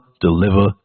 deliver